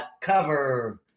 cover